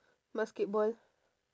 basketball